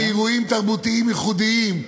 ובאירועים תרבותיים ייחודיים,